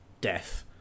death